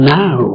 now